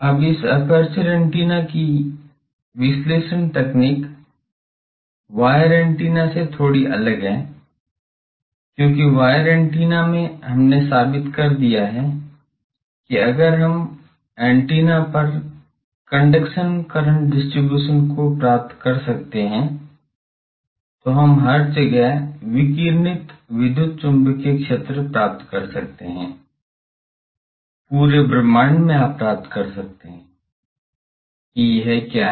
अब इस aperture antenna की विश्लेषण तकनीक वायर एंटीना से थोड़ी अलग है क्यों कि वायर एंटीना में हमने साबित कर दिया है कि अगर हम ऐन्टेना पर कंडक्शन करंट डिस्ट्रीब्यूशन को प्राप्त कर सकते हैं तो हम हर जगह विकिरणित विद्युत चुम्बकीय क्षेत्र प्राप्त कर सकते हैं पूरे ब्रह्मांड में आप प्राप्त कर सकते हैं कि यह क्या है